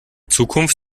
zukunft